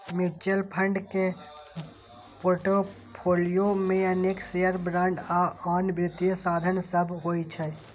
mutual fund के portfolio मे अनेक शेयर, बांड आ आन वित्तीय साधन सभ होइ छै